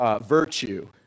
Virtue